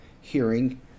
hearing